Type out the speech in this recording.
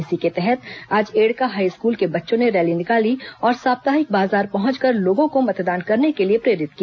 इसी के तहत आज एड़का हाईस्कूल के बच्चों ने रैली निकाली और साप्ताहिक बाजार पहुंचकर लोगों को मतदान करने के लिए प्रेरित किया